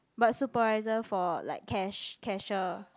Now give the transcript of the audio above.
but supervisor for like cash cashier